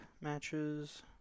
matches